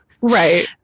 right